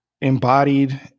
embodied